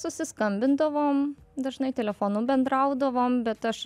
susiskambindavom dažnai telefonu bendraudavom bet aš